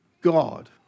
God